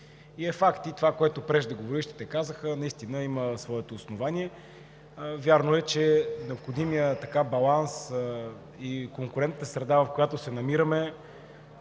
Факт е и това, което преждеговорившите казаха, наистина има своето основание. Вярно е, че необходимият баланс и конкурентната среда, в която се намираме,